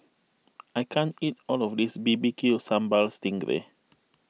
I can't eat all of this B B Q Sambal Sting Ray